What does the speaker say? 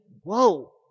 whoa